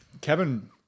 Kevin